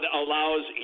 allows